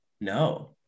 No